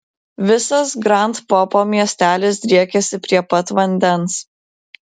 visas grand popo miestelis driekiasi prie pat vandens